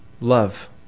Love